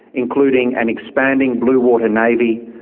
including an expanding blue-water navy,